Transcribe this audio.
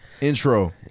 Intro